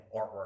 artwork